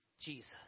Jesus